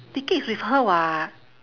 ticket is with her [what]